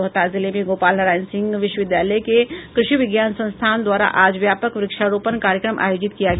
रोहतास जिले में गोपाल नारायण सिंह विश्वविद्यालय के कृषि विज्ञान संस्थान द्वारा आज व्यापक व्रक्षारोपण कार्यक्रम आयोजित किया गया